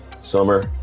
Summer